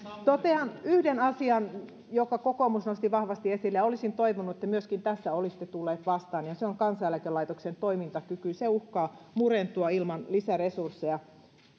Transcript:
totean yhden asian jonka kokoomus nosti vahvasti esille ja olisin toivonut että myöskin tässä olisitte tulleet vastaan ja se on kansaneläkelaitoksen toimintakyky se uhkaa murentua ilman lisäresursseja